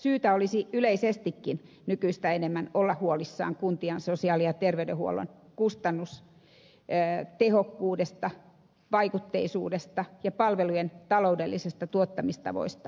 syytä olisi yleisestikin nykyistä enemmän olla huolissaan kuntien sosiaali ja terveydenhuollon kustannustehokkuudesta vaikutteisuudesta ja palvelujen taloudellisista tuottamistavoista